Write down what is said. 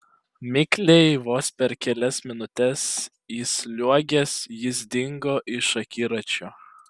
mikliai vos per kelias minutes įsliuogęs jis dingo iš akiračio